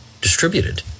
distributed